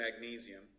magnesium